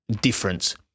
difference